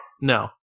No